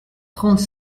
trente